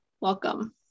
Welcome